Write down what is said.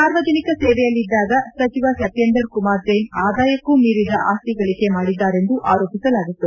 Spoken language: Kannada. ಸಾರ್ವಜನಿಕ ಸೇವೆಯಲ್ಲಿದ್ದಾಗ ಸಚಿವ ಸತ್ನೇಂದರ್ ಕುಮಾರ್ ಜೈನ್ ಆದಾಯಕ್ತೂ ಮೀರಿದ ಆಸ್ನಿ ಗಳಿಕೆ ಮಾಡಿದ್ದಾರೆಂದು ಆರೋಪಿಸಲಾಗಿತ್ತು